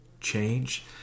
change